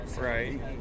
right